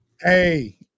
Hey